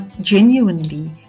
genuinely